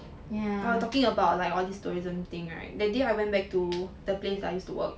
like talking about like all these tourism thing right that day I went back to the place I used to work